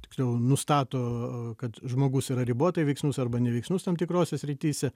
tiksliau nustato kad žmogus yra ribotai veiksnus arba neveiksnus tam tikrose srityse